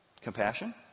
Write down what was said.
Compassion